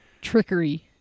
Trickery